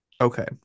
Okay